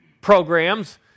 programs